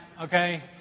okay